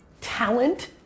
Talent